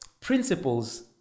principles